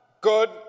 good